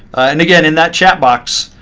and again, in that chatterbox,